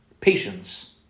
patience